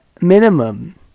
minimum